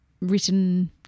written